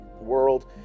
world